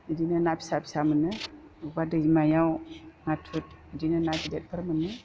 बिदिनो ना फिसा फिसा मोनो बबेबा दैमायाव नाथुर बिदिनो ना गिदिरफोर मोनो